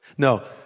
No